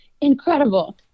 Incredible